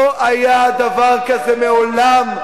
לא היה דבר כזה מעולם.